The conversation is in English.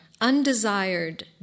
undesired